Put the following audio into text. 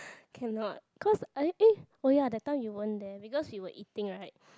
cannot cause I eh oh ya that time you weren't there because you were eating right